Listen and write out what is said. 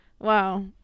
Wow